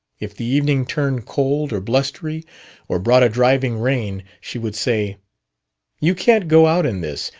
if the evening turned cold or blustery or brought a driving rain she would say you can't go out in this.